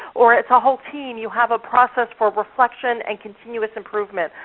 or it's a whole team. you have a process for reflection and continuous improvement.